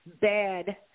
bad